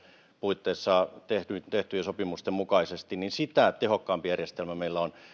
puitteissa tehtyjen tehtyjen sopimusten mukaisesti niin sitä tehokkaampi järjestelmä meillä on